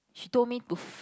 she told me to